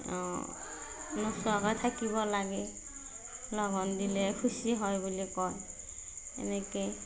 নোচোৱাকৈ থাকিব লাগে লঘোন দিলে শুচি হয় বুলি কয় এনেকৈ